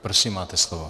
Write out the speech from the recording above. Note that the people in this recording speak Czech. Prosím, máte slovo.